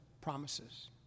promises